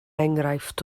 enghraifft